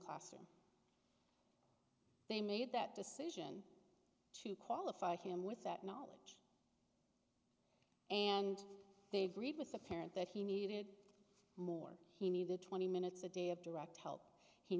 classroom they made that decision to qualify him with that knowledge and they've read with a parent that he needed more he needed twenty minutes a day of direct help he